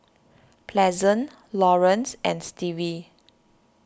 Pleasant Laurence and Stevie